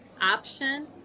option